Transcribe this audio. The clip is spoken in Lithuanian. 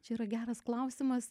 čia yra geras klausimas